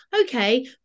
okay